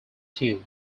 tube